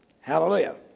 hallelujah